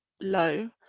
low